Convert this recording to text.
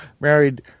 married